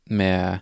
med